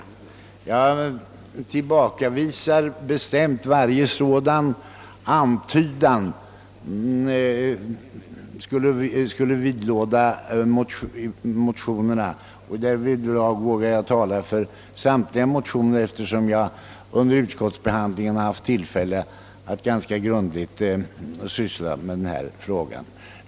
Jag tillbakavisar bestämt att någon som helst sådan uppfattning skulle vidlåda motionerna, och därvidlag vågar jag tala för samtliga motioner, eftersom jag under utskottsarbetet haft tillfälle att ganska grundligt syssla med denna fråga.